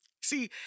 See